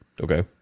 Okay